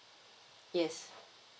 yes